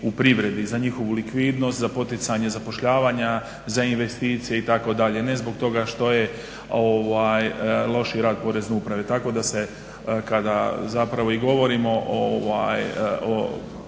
u privredi za njihovu likvidnost, za poticanje zapošljavanja, za investicije itd.. Ne zbog toga što je loši rad porezne uprave. Tako da se kada zapravo i govorimo o